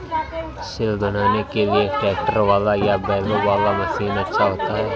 सिल बनाने के लिए ट्रैक्टर वाला या बैलों वाला मशीन अच्छा होता है?